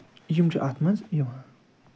یِم چھِ اتھ منٛز یِوان